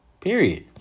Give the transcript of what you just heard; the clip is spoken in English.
Period